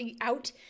out